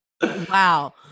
Wow